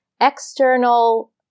external